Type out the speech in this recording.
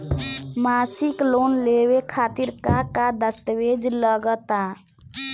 मसीक लोन लेवे खातिर का का दास्तावेज लग ता?